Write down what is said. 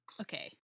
okay